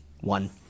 One